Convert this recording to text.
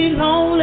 lonely